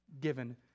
given